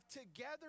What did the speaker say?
together